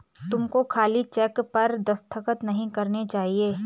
तुमको खाली चेक पर दस्तखत नहीं करने चाहिए